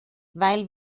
weil